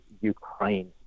Ukraine